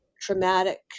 traumatic